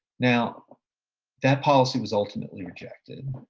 now that policy was ultimately rejected.